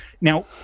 now